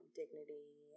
dignity